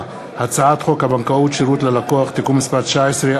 הצעת חוק הבנקאות (שירות ללקוח) (תיקון מס' 19),